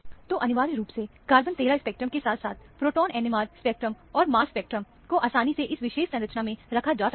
तो अनिवार्य रूप से कार्बन 13 स्पेक्ट्रम के साथ साथ प्रोटोन NMR स्पेक्ट्रम और मास स्पेक्ट्रम को आसानी से इस विशेष संरचना में रखा जा सकता है